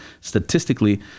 statistically